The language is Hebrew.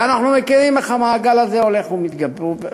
ואנחנו מכירים איך המעגל הזה הולך ומסתבך.